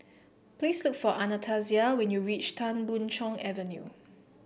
please look for Anastasia when you reach Tan Boon Chong Avenue